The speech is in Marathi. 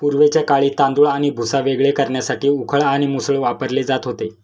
पूर्वीच्या काळी तांदूळ आणि भुसा वेगवेगळे करण्यासाठी उखळ आणि मुसळ वापरले जात होते